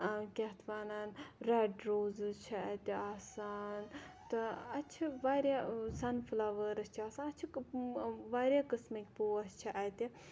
کیاہ اَتھ وَنان رٮ۪ڈ روزِز چھِ اَتہِ آسان تہٕ اَتہِ چھِ واریاہ سَن فٕلاوٲرٕس چھِ اَتہِ آسان اَتہِ چھِ واریاہ قٕسمٕکۍ پوش چھِ اَتہِ